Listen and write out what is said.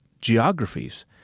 geographies